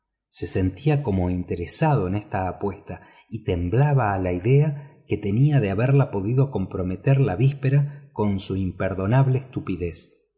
se sentía como interesado en esta apuesta y temblaba a la idea que tenía de haberla podido comprometer la víspera con su imperdonable estupidez